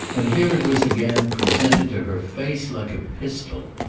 and here it was again presented to her face like a pistol.